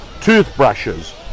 toothbrushes